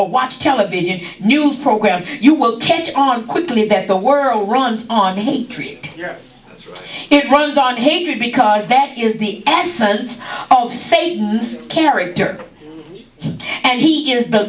or watch television news programs you will catch on quickly that the world runs on a treat it runs on hatred because that is the essence of satan's character and he is the